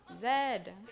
Zed